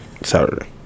Saturday